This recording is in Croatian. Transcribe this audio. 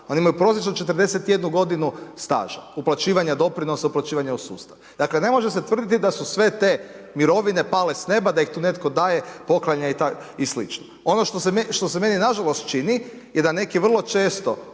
oni imaju prosječnu 41 godinu staža uplaćivanja doprinosa, uplaćivanja u sustav. Dakle ne može se tvrditi da su sve te mirovine pale s neba, da ih tu netko daje, poklanja i slično. Ono što se meni nažalost čini je da neki vrlo često